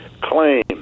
claim